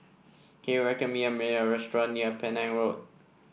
can you recommend me a measure restaurant near Penang Road